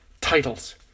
titles